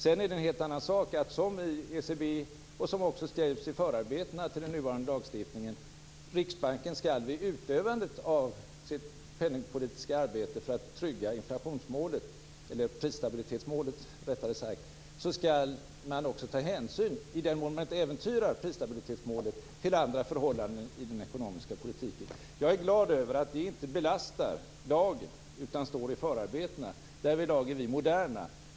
Sedan är det en helt annan sak att Riksbanken liksom ECBS, vilket också står i förarbetena till den nuvarande lagstiftningen, vid utövandet av sitt penningpolitiska arbete för att trygga prisstabilitetsmålet också skall ta hänsyn, i den mån det inte äventyrar prisstabilitetsmålet, till andra förhållanden i den ekonomiska politiken. Jag är glad över att detta inte belastar lagen utan står i förarbetena. Därvidlag är vi moderna.